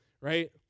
Right